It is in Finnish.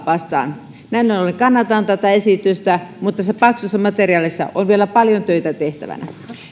vastaan näin näin ollen kannatan tätä esitystä mutta tässä paksussa materiaalissa on vielä paljon töitä tehtävänä